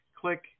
Click